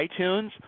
iTunes